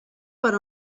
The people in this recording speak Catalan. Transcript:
per